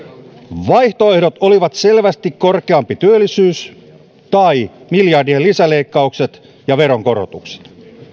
vaihtoehdot olivat selvästi korkeampi työllisyys tai miljardien lisäleikkaukset ja veronkorotukset